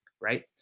right